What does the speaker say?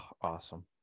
awesome